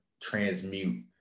transmute